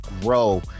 grow